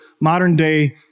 modern-day